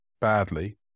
badly